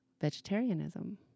vegetarianism